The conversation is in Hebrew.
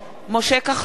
משה כחלון,